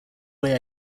way